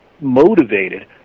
motivated